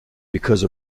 because